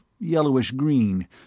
yellowish-green